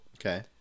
Okay